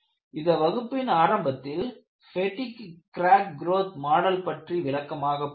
இந்த வகுப்பின் ஆரம்பத்தில் பெடிக் கிராக் குரோத் மாடல் பற்றி விளக்கமாக பார்த்தோம்